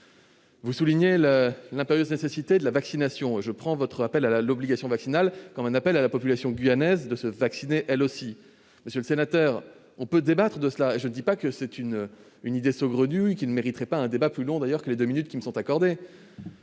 Vous soulignez l'impérieuse nécessité de la vaccination. Je prends votre appel à l'obligation vaccinale comme un appel à la population guyanaise de se vacciner elle aussi. Monsieur le sénateur, on peut débattre de cette proposition, et je ne dis pas que c'est une idée saugrenue qui ne mériterait d'ailleurs pas un débat plus long que les deux minutes qui me sont accordées.